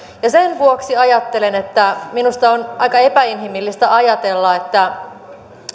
ja sen vuoksi ajattelen että minusta on aika epäinhimillistä ajatella että